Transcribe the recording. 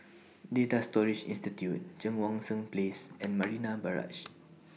Data Storage Institute Cheang Wan Seng Place and Marina Barrage